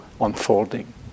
unfolding